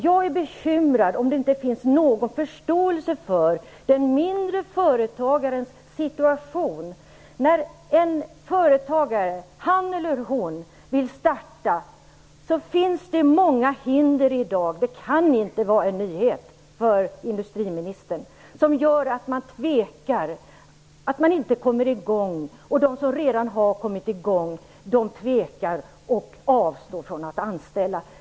Jag är bekymrad, om det inte finns någon förståelse för den mindre företagarens situation. När en företagare, han eller hon, vill starta finns det i dag många hinder - det kan inte vara en nyhet för industriministern - som gör att man tvekar, att man inte kommer i gång och att de som redan har kommit i gång tvekar och avstår från att anställa.